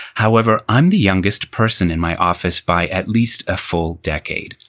however, i'm the youngest person in my office by at least a full decade.